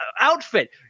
outfit